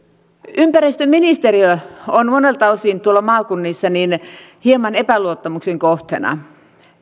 ympäristöministeriö on monelta osin tuolla maakunnissa hieman epäluottamuksen kohteena